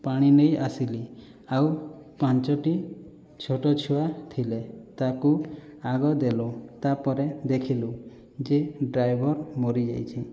ପାଣି ନେଇ ଆସିଲି ଆଉ ପାଞ୍ଚଟି ଛୋଟ ଛୁଆ ଥିଲେ ତାକୁ ଆଗ ଦେଲୁ ତା'ପରେ ଦେଖିଲୁ ଯେ ଡ୍ରାଇଭର ମରିଯାଇଛି